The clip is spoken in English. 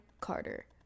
carter